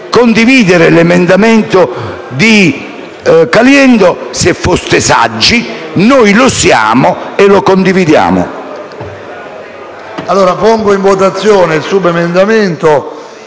condividere l'emendamento del senatore Caliendo, se foste saggi. Noi lo siamo e lo condividiamo.